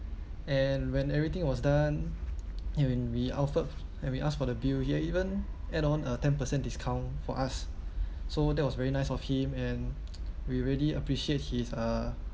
and when everything was done and when we offer and we ask for the bill he uh even add on a ten percent discount for us so that was very nice of him and we really appreciate his uh